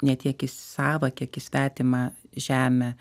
ne tiek į savą kiek į svetimą žemę